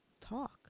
talk